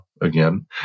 again